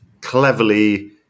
cleverly